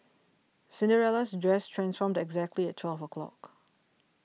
Cinderella's dress transformed exactly at twelve o' clock